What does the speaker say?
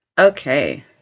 Okay